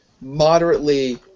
moderately